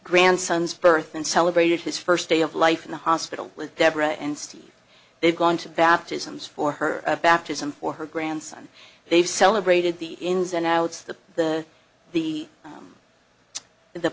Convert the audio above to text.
grandsons birth and celebrated his first day of life in the hospital with deborah and steve they've gone to baptisms for her baptism for her grandson they've celebrated the ins and outs the the the the the